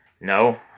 No